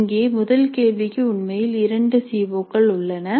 இங்கே முதல் கேள்விக்கு உண்மையில் இரண்டு சி ஓ கள் உள்ளன